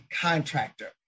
contractor